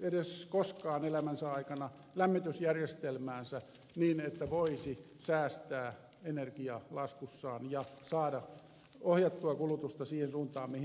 edes koskaan elämänsä aikana lämmitysjärjestelmäänsä niin että voisi säästää energialaskussaan ja saada ohjattua kulutusta siihen suuntaan mihin pyritään